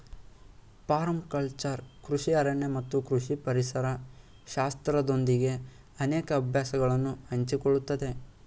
permaculture ಕೃಷಿ ಅರಣ್ಯ ಮತ್ತು ಕೃಷಿ ಪರಿಸರ ಶಾಸ್ತ್ರದೊಂದಿಗೆ ಅನೇಕ ಅಭ್ಯಾಸಗಳನ್ನು ಹಂಚಿಕೊಳ್ಳುತ್ತದೆ